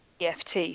EFT